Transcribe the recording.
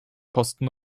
posten